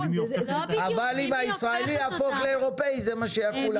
אבל אם הישראלי יהפוך לאירופי, זה מה שיחול עליו.